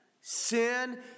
Sin